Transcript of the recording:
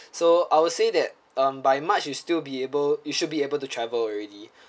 so I would say that um by march you still be able you should be able to travel already